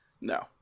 No